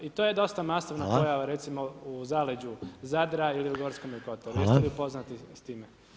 I to je dosta masovna pojava recimo u zaleđu Zadra ili u Gorskome Kotaru jeste li upoznati s time?